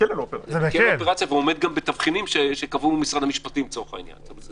ועומד בתבחינים שקבעו משרד המשפטים לצורך העניין.